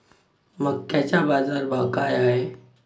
मक्याचा बाजारभाव काय हाय?